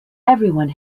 everyone